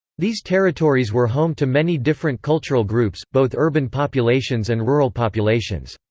these territories were home to many different cultural groups, both urban populations and rural populations.